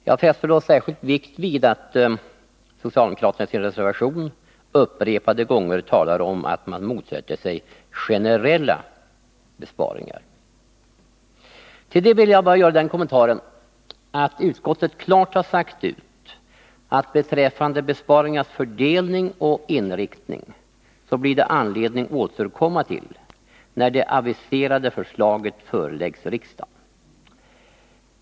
Jag fäster då särskild vikt vid att socialdemokraterna i sin reservation upprepade gånger talar om att man motsätter sig generella besparingar. Till detta vill jag bara göra den kommentaren att utskottet klart har sagt ut att beträffande besparingarnas fördelning och inriktning blir det anledning att återkomma när det aviserade förslaget föreläggs riksdagen.